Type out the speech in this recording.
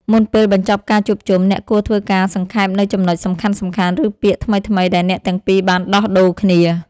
មុនពេលបញ្ចប់ការជួបជុំ អ្នកគួរធ្វើការសង្ខេបនូវចំណុចសំខាន់ៗ ឬពាក្យថ្មីៗដែលអ្នកទាំងពីរបានដោះដូរគ្នា។